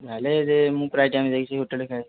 ନହେଲେ ମୁଁ ପ୍ରାୟ ଟାଇମ୍ ଯାଇକି ସେ ହୋଟେଲ୍ରେ ଖାଏ